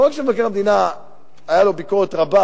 לא רק שלמבקר המדינה היתה ביקורת רבה